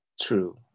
true